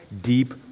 deep